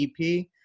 EP